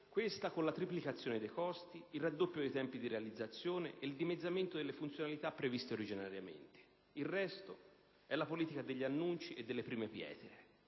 avviene con la triplicazione dei costi, il raddoppio dei tempi di realizzazione e il dimezzamento delle funzionalità previste originariamente. Il resto è la politica degli annunci e delle prime pietre,